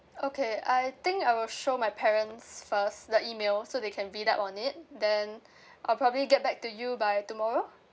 okay I think I will show my parents first the email so they can read up on it then I'll probably get back to you by tomorrow